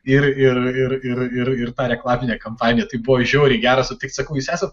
ir ir ir ir tą reklaminę kampaniją tai buvo žiauriai gera sutikti sakau jūs esat